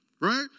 right